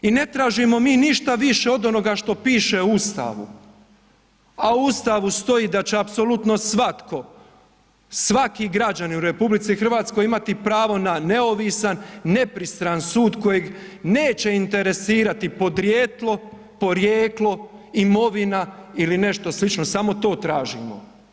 I ne tražimo mi ništa više od onoga što piše u Ustavu, a u Ustavu stoji da će apsolutno svako, svaki građanin u RH imati pravo na neovisan, nepristran sud kojeg neće interesirati podrijetlo, porijeklo, imovina ili nešto slično, samo to tražimo.